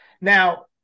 Now